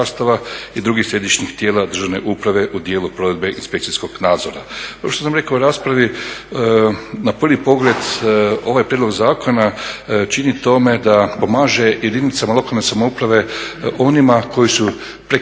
i drugih središnjih tijela državne uprave u dijelu provedbe inspekcijskog nadzora. Kao što sam rekao u raspravi, na prvi pogled ovaj prijedlog zakona čini tome da pomaže jedinice lokalne samouprave onima koji su preinvestirani